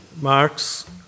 Mark's